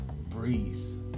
Breeze